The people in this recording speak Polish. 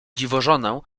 dziwożonę